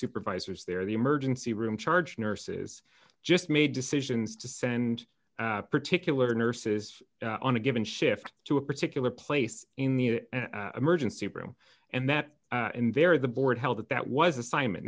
supervisors there the emergency room charge nurses just made decisions to send particular nurses on a given shift to a particular place in the emergency room and that in there the board held that that was assignment